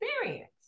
experience